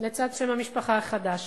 לצד שם המשפחה החדש.